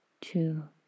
two